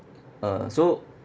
uh so